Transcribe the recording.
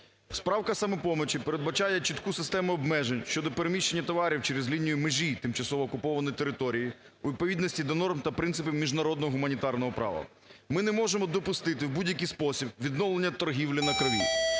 Правка "Самопомочі" передбачає чітку систему обмежень щодо переміщення товарів через лінію межі тимчасово окупованої території у відповідності до норм та принципу міжнародного гуманітарного права. Ми не можемо допустити в будь-який спосіб відновлення торгівлі на крові.